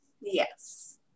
Yes